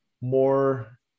more